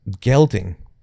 gelding